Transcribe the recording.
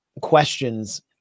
questions